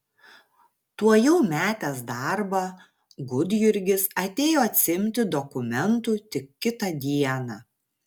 tuojau metęs darbą gudjurgis atėjo atsiimti dokumentų tik kitą dieną